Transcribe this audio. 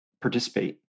participate